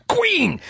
Queen